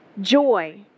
Joy